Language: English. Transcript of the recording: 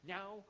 Now